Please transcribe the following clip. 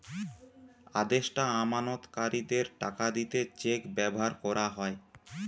আদেষ্টা আমানতকারীদের টাকা দিতে চেক ব্যাভার কোরা হয়